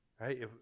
right